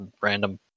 random